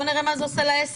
בואו נראה מה זה עושה לעסק.